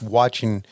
watching